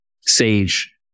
sage